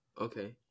okay